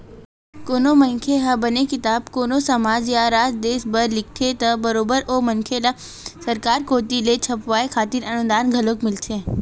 कोनो मनखे ह बने किताब कोनो समाज या राज देस बर लिखथे त बरोबर ओ मनखे ल सरकार कोती ले छपवाय खातिर अनुदान घलोक मिलथे